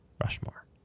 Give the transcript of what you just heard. Rushmore